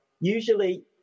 usually